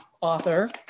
author